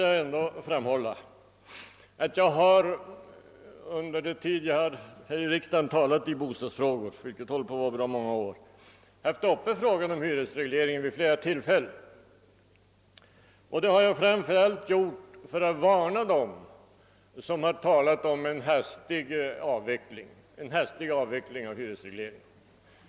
Jag måste framhålla att jag under den tid jag här i riksdagen talat i bostadsfrågor — alltså under bra många år — vid flera tillfällen haft frågan om hyresregleringen uppe. Framför allt har jag tagit upp denna fråga för att varna dem som talat om en hastig avveckling av hyresregleringen.